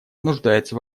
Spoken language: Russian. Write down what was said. нуждается